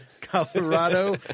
Colorado